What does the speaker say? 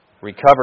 recover